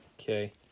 Okay